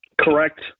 correct